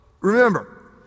remember